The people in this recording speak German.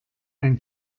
ein